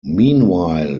meanwhile